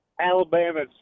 Alabama's